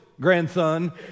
grandson